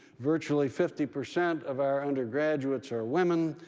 virtually fifty percent of our undergraduates are women,